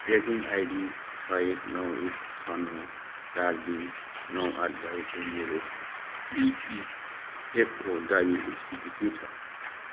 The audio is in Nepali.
ट्र्याकिङ आइडी छ एक नौ एक छ नौ चार दुई नौ आठ भएको मेरो इपिएफओ दावीको स्थिति के छ